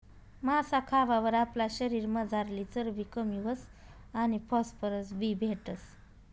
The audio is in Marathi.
मासा खावावर आपला शरीरमझारली चरबी कमी व्हस आणि फॉस्फरस बी भेटस